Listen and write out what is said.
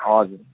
हजुर